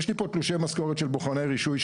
יש לי פה תלושי משכורת של בוחני רישוי,